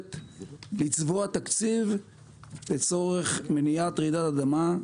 חייבת לצבוע תקציב לצורך מניעת רעידת אדמה,